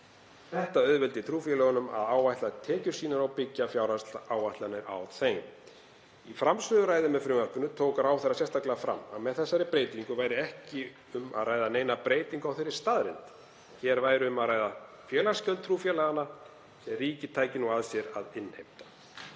Þetta auðveldi trúfélögunum að áætla tekjur sínar og byggja fjárhagslegar áætlanir á þeim. Í framsöguræðu með frumvarpinu tók ráðherra sérstaklega fram að með þessari breytingu væri ekki um að ræða neina breytingu á þeirri staðreynd að hér væri um að ræða félagsgjöld trúfélaganna sem ríkið tæki nú að sér að innheimta.